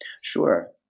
Sure